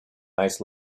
ice